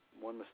one